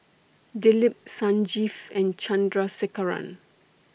Dilip Sanjeev and Chandrasekaran